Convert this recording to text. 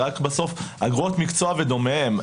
זה רק בסוף אגרות מקצוע ודומיהם.